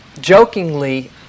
jokingly